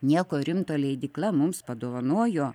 nieko rimto leidykla mums padovanojo